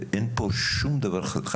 אין פה שום דבר אישי,